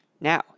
Now